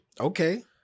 Okay